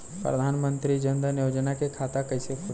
प्रधान मंत्री जनधन योजना के खाता कैसे खुली?